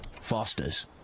Foster's